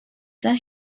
than